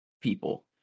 people